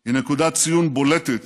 היא נקודת ציון בולטת